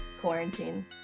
Quarantine